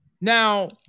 Now